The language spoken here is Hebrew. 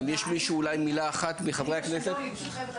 אם יש מישהו מחברי הכנסת שרוצה לדבר.